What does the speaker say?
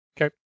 Okay